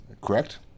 Correct